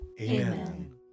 Amen